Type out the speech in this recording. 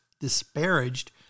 disparaged